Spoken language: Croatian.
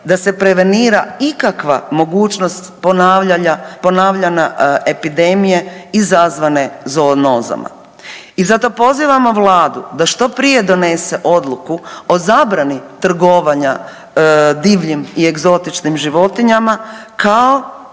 da se prevenira ikakva mogućnost ponavljanja epidemije izazvane zoonozama. I zato pozivamo vladu da što prije donese odluku o zabrani trgovanja divljim i egzotičnim životinjama kao